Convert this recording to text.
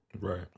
Right